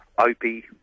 Opie